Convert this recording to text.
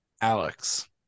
Alex